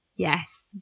Yes